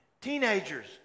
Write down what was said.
Teenagers